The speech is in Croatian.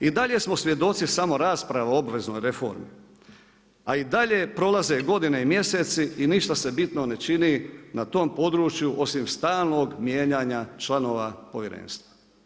I dalje smo svjedoci samo rasprava o obveznoj reformi a i dalje prolaze godine i mjeseci i ništa se bitno ne čini na tom području osim stalnog mijenjanja članova povjerenstva.